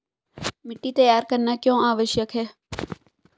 मिट्टी तैयार करना क्यों आवश्यक है?